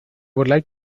like